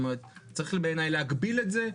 זאת אומרת, צריך בעיניי להגביל את זה.